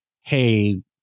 hey